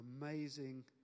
amazing